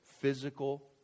physical